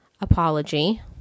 apology